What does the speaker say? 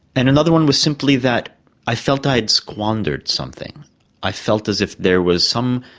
and another one was simply that i felt i had squandered something i felt as if there was some